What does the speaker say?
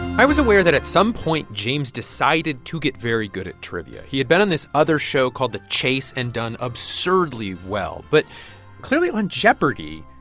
i was aware that at some point, james decided to get very good at trivia. he had been on this other show called the chase and done absurdly well. but clearly, on jeopardy!